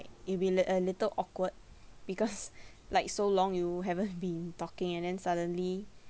it'll be lit~ a little awkward because like so long you haven't been talking and then suddenly